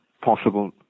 possible